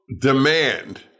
demand